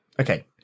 Okay